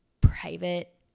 private